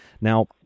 Now